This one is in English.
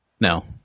No